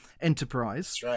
enterprise